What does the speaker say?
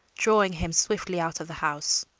drawing him swiftly out of the house.